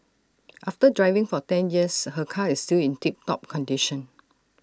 after driving for ten years her car is still in tip top condition